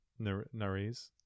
Nariz